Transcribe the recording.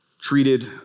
treated